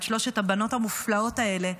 את שלוש הבנות המופלאות האלה,